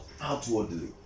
outwardly